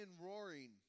roaring